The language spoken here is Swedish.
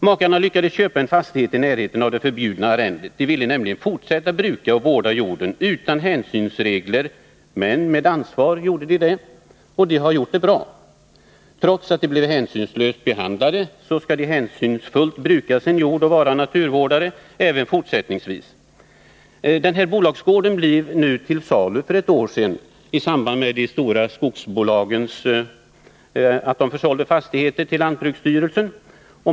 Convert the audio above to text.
Makarna lyckades köpa en fastighet i närheten av det förbjudna arrendet. De ville nämligen fortsätta bruka och vårda jorden. Utan hänsynsregler men med ansvar gjorde de det. De har gjort det bra. Trots att de har blivit hänsynslöst behandlade skall de hänsynsfullt bruka sin jord och vara naturvårdare även fortsättningsvis. Den här bolagsgården blev nu till salu för ett år sedan i samband med att de stora skogsbolagen försålde fastigheter till lantbruksstyrelsen.